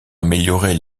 améliorer